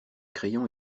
crayon